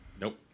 Nope